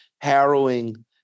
harrowing